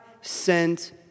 sent